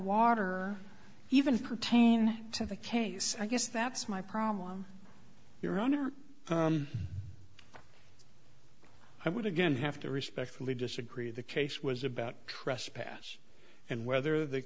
water even pertain to the case i guess that's my problem with your own i would again have to respectfully disagree the case was about trespass and whether the